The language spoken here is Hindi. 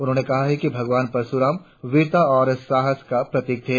उन्होंने कहा कि भगवान परशुराम वीरता और साहस का प्रतीक थे